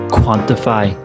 quantify